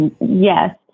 Yes